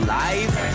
life